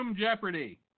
Jeopardy